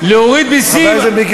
להוריד מס חברות זה מנוע צמיחה,